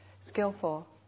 skillful